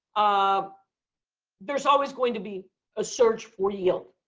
um there's always going to be a search for yield.